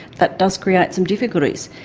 that does create some difficulties.